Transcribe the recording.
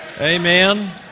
Amen